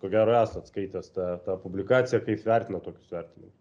ko gero esat skaitęs tą tą publikaciją kaip vertinat tokius vertinimus